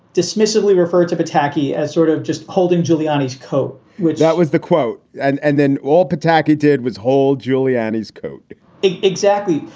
dismissively referred to pataki as sort of just holding giuliani's cope with. that was the quote and and then all pataki did was hold giuliani's coat exactly.